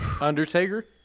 Undertaker